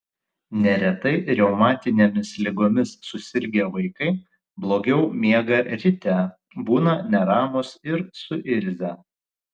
neretai reumatinėmis ligomis susirgę vaikai blogiau miega ryte būna neramūs ir suirzę